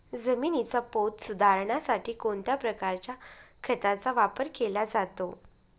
जमिनीचा पोत सुधारण्यासाठी कोणत्या प्रकारच्या खताचा वापर केला जातो?